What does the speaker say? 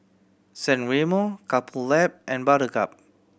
San Remo Couple Lab and Buttercup